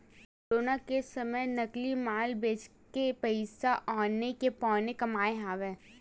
corona के समे नकली माल बेचके पइसा औने के पौने कमाए हवय